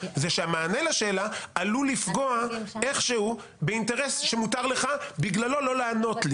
זה שהמענה לשאלה עלול לפגוע איכשהו באינטרס שמותר לך בגללו לא לענות לי.